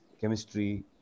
chemistry